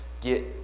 get